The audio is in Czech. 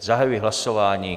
Zahajuji hlasování.